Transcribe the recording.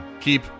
keep